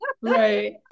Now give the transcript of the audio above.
Right